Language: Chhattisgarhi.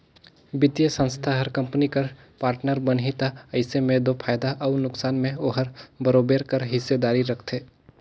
बित्तीय संस्था हर कंपनी कर पार्टनर बनही ता अइसे में दो फयदा अउ नोसकान में ओहर बरोबेर कर हिस्सादारी रखथे